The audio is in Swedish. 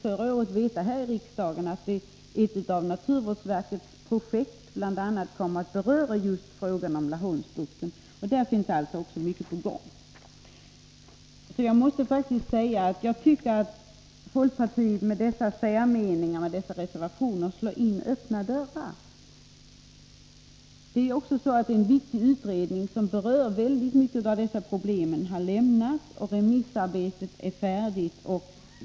Förra året fick vi i riksdagen veta att ett av naturvårdsverkets projekt kommer att beröra just Laholmsbukten. Också där är alltså mycket på gång. Jag tycker att folkpartiet med sina reservationer slår in öppna dörrar. En viktig utredning, som berör många av dessa problem, har lämnats och remissarbetet är färdigt.